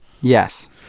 yes